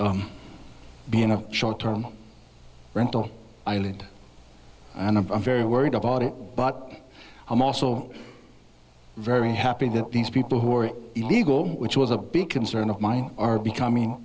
i being a short term rental eilidh and i'm very worried about it but i'm also very happy that these people who are illegal which was a big concern of mine are becoming